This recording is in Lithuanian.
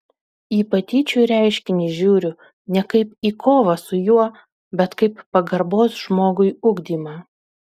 į patyčių reiškinį žiūriu ne kaip į kovą su juo bet kaip pagarbos žmogui ugdymą